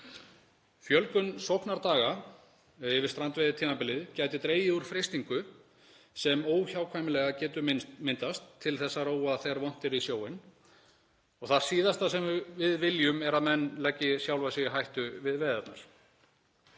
Fjölgun sóknardaga yfir strandveiðitímabilið gæti dregið úr freistingu, sem óhjákvæmilega getur myndast, til þess að róa þegar vont er í sjóinn. Það síðasta sem við viljum er að menn leggi sjálfa sig í hættu við veiðarnar.